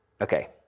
Okay